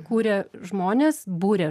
kūrė žmones būrė